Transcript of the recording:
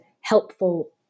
helpful